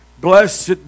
Blessed